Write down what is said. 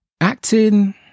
Acting